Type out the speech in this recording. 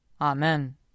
Amen